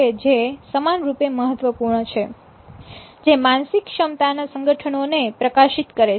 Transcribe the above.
જે માનસિક ક્ષમતાના સંગઠનોને પ્રકાશિત કરે છે